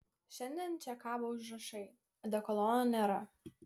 šiandien čia kabo užrašai odekolono nėra